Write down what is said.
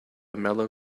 mellow